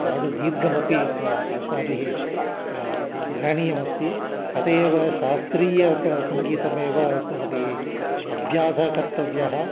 नाददीर्घमपि अस्माभिः करणीयम् अस्ति अतः एव शास्त्रीयसङ्गीतस्यमेव अस्माभिः अभ्यासः कर्तव्यः